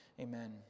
Amen